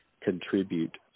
contribute